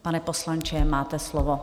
Pane poslanče, máte slovo.